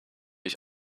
ich